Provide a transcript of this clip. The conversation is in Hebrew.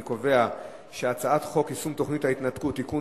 את הצעת חוק יישום תוכנית ההתנתקות (תיקון,